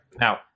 now